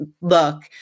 look